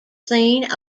scene